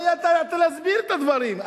לא ידעת להסביר את הדברים,